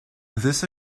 this